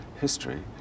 history